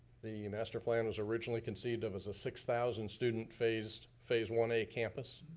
the master plan was originally conceived, it was a six thousand student phase phase one a campus.